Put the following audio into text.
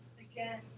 again